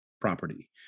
property